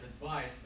advice